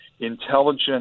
intelligent